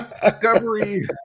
Discovery